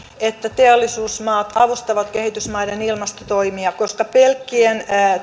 että teollisuusmaat avustavat kehitysmaiden ilmastotoimia koska pelkkien